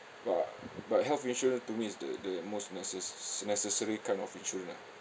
but but health insurance to me is the the most neces~ necessary kind of insurance ah